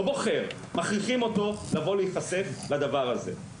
לא בוחר, מכריחים אותו לבוא להיחשף לדבר הזה'.